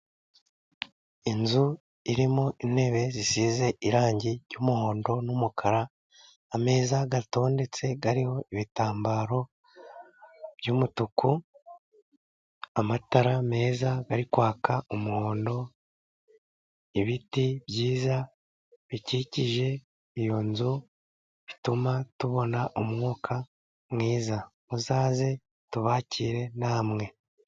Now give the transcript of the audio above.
Inzu irimo intebe zisize irangi ry'umuhondo n'umukara, ameza atondetse a ariho ibitambaro by'umutuku, amatara meza ari kwaka umuhondo, ibiti byiza bikikije iyo nzu bituma tubona umwuka mwiza. Muzaze tubakire namwe.